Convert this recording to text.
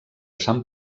sant